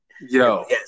Yo